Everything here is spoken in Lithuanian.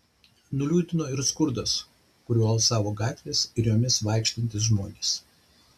nuliūdino ir skurdas kuriuo alsavo gatvės ir jomis vaikštantys žmonės